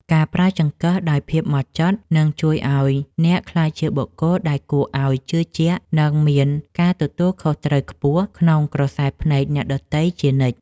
ការប្រើចង្កឹះដោយភាពហ្មត់ចត់នឹងជួយឱ្យអ្នកក្លាយជាបុគ្គលដែលគួរឱ្យជឿជាក់និងមានការទទួលខុសត្រូវខ្ពស់ក្នុងក្រសែភ្នែកអ្នកដទៃជានិច្ច។